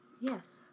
Yes